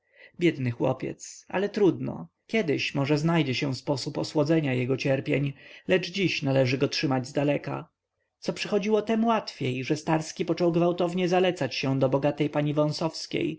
biedny chłopiec ale trudno kiedyś może znajdzie się sposób osłodzenia jego cierpień lecz dziś należy go trzymać zdaleka co przychodziło temłatwiej że starski począł gwałtownie zalecać się do bogatej pani